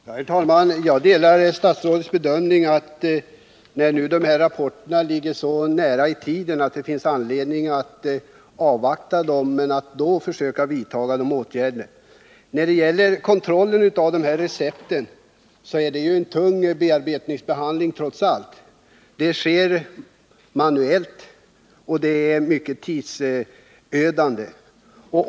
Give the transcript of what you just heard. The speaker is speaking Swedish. Herr talman! Jag delar statsrådets bedömning att eftersom dessa rapporter ligger så nära i tiden finns det anledning att avvakta dem, men när de kommer måste man försöka vidta åtgärder. Kontrollen av recept innebär ju ett tungt arbete. Det sker manuellt, och det är mycket tidsödande.